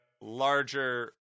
larger